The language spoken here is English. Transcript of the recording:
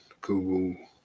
Google